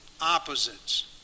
opposites